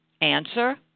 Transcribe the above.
answer